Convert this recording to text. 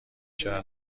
چرا